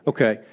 Okay